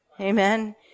Amen